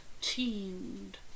teamed